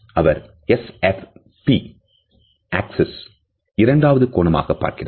அவர் S F P axis இரண்டாவது கோணமாக பார்க்கிறார்